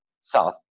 south